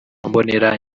mbonera